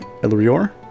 Elrior